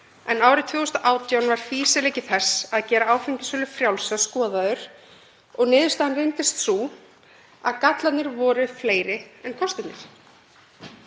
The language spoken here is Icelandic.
en árið 2018 var fýsileiki þess að gera áfengissölu frjálsa skoðaður. Niðurstaðan reyndist sú að gallarnir voru fleiri en kostirnir.